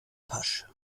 pasch